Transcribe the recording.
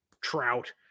Trout